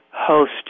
host